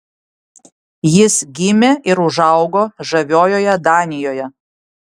jis gimė ir užaugo žaviojoje danijoje